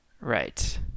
Right